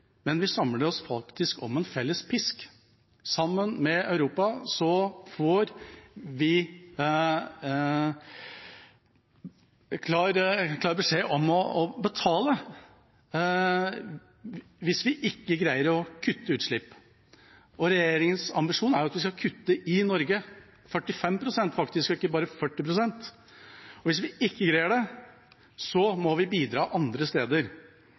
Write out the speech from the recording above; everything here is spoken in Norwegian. vi samler oss faktisk om en felles pisk. Sammen med Europa får vi klar beskjed om å betale hvis vi ikke greier å kutte utslipp. Regjeringens ambisjon er at vi skal kutte 45 pst. i Norge og ikke bare 40 pst. Hvis vi ikke greier det, må vi bidra andre steder.